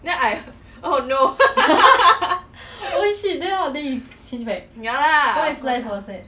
orh want to play cheat ah